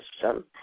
System